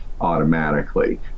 automatically